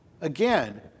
again